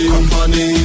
Company